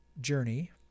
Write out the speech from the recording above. journey